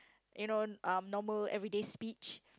you know um normal everyday speech